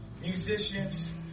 musicians